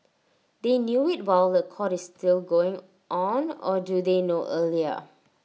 they knew IT while The Court is still going on or do they know earlier